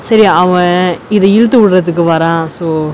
சரி அவ இத இழுத்து விடுறதுக்கு வரா:sari ava itha iluthu vidurathukku varaa so